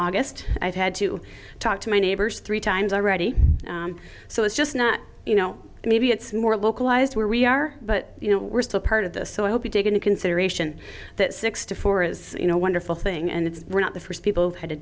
august i've had to talk to my neighbors three times already so it's just not you know maybe it's more localized where we are but you know we're still part of this so i'll be taken in consideration that sixty four is you know wonderful thing and it's not the first people had to